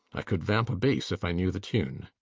i could vamp a bass if i knew the tune.